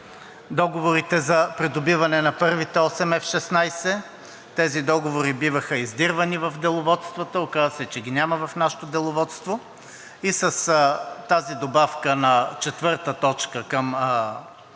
договорите за придобиване на първите осем F-16. Тези договори биваха издирвани в Деловодството, но се оказа, че ги няма в нашето деловодство. С тази добавка на четвърта точка към